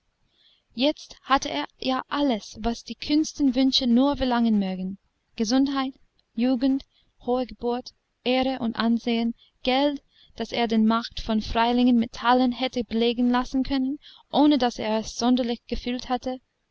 jetzt hatte er ja alles was die kühnsten wünsche nur verlangen mögen gesundheit jugend hohe geburt ehre und ansehen geld daß er den markt von freilingen mit talern hätte belegen lassen können ohne daß er es sonderlich gefühlt hätte